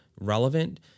relevant